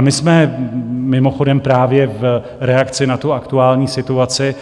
My jsme mimochodem právě v reakci na aktuální situaci